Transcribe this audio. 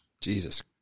Jesus